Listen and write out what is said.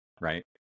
right